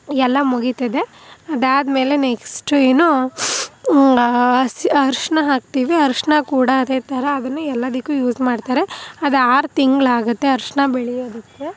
ಎಲ್ಲ ಮುಗೀತದೆ ಅದು ಆದ್ಮೇಲೆ ನೆಕ್ಸ್ಟ್ ಏನು ಅರ್ಸಿ ಅರಶಿಣ ಹಾಕ್ತೀವಿ ಅರಶಿಣ ಕೂಡ ಅದೇ ಥರ ಅದನ್ನು ಎಲ್ಲದಕ್ಕೂ ಯೂಸ್ ಮಾಡ್ತಾರೆ ಅದು ಆರು ತಿಂಗ್ಳು ಆಗುತ್ತೆ ಅರಶಿಣ ಬೆಳೆಯೋದಕ್ಕೆ